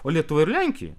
o lietuva ir lenkija